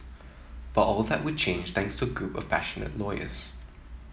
but all that would change thanks to a group of passionate lawyers